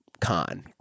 con